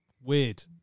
weird